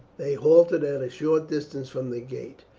they halted at a short distance from the gate,